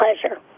pleasure